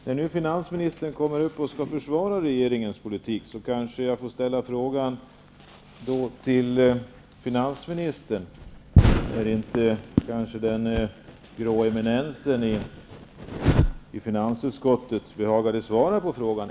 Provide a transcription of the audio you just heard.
Herr talman! När nu finansministern skall försvara regeringens politik, kanske jag får ställa frågan till finansministern, eftersom den grå eminensen i finansutskottet inte behagade svara på den.